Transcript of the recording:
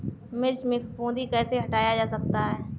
मिर्च में फफूंदी कैसे हटाया जा सकता है?